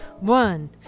One